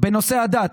בנושא הדת,